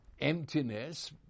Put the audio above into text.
emptiness